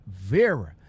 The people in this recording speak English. vera